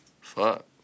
Fuck